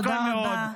תודה רבה.